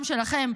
גם שלכם,